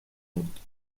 بود